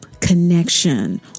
connection